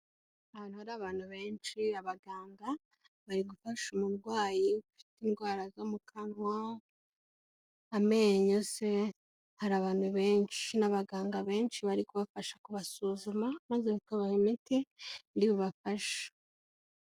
Ahantu hari abantu benshi abaganga bari gufasha umurwayi ufite indwara zo mu kanwa, amenyo se hari abantu benshi n'abaganga benshi bari kubafasha kubasuzuma, maze bakabaha imiti iri bubafashe.